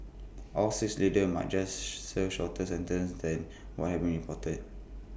all six leaders might just serve shorter sentences than what has been reported